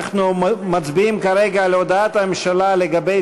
אנחנו מצביעים כרגע על הודעת הממשלה לגבי